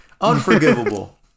Unforgivable